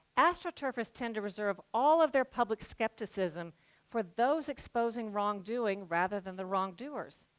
astroturfers tend to reserve all of their public skepticism for those exposing wrongdoing rather than the wrongdoers.